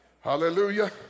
Hallelujah